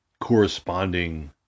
corresponding